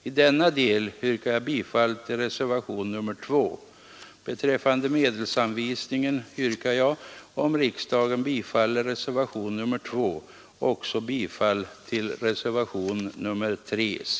I denna del yrkar jag bifall till reservationen 2. Beträffande medelsanvisningen yrkar jag — om riksdagen bifaller reservationen 2 — också bifall till reservationen 3 c.